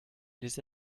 les